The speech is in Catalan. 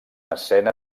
escena